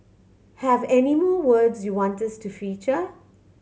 have any more words you want us to feature